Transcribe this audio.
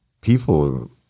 people